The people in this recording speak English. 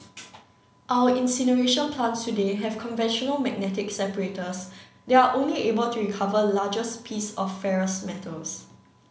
our incineration plants today have conventional magnetic separators there are only able to recover larger piece of ferrous metals